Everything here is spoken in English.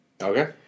Okay